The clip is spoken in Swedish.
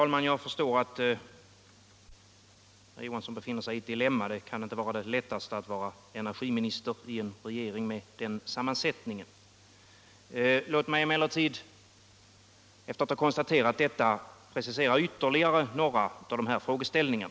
Om regeringens linje i kärnkraftis frågan Om regeringens linje i kärnkraftsfrågan Låt mig emellertid, sedan jag konstaterat detta, ytterligare precisera några av dessa frågeställningar.